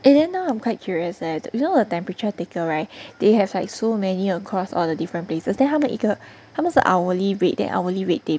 eh then now I'm quite curious leh you know the temperature taker right they have like so many across all the different places then 他们一个他们是 hourly rate their hourly rate they